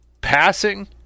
Passing